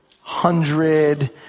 hundred